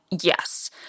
Yes